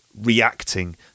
reacting